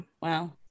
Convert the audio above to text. Wow